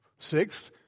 Sixth